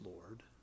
Lord